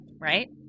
right